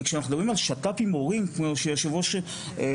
וכשאנחנו מדברים על שת"פים עם מורים כמו שהיושב-ראש ציין,